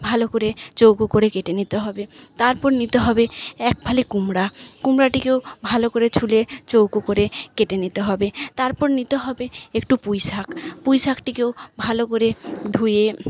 ভালো করে চৌকো করে কেটে নিতে হবে তারপর নিতে হবে একফালি কুমড়ো কুমড়োটিকেও ভালো করে ছুলে চৌকো করে কেটে নিতে হবে তারপর নিতে হবে একটু পুঁইশাক পুঁইশাকটিকেও ভালো করে ধুয়ে